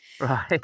right